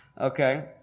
okay